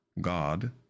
God